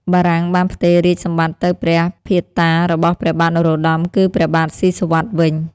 បារាំងបានផ្ទេររាជសម្បត្តិទៅព្រះភាតារបស់ព្រះបាទនរោត្តម គឺព្រះបាទស៊ីសុវត្ថិវិញ។